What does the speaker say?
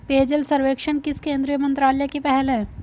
पेयजल सर्वेक्षण किस केंद्रीय मंत्रालय की पहल है?